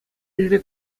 енре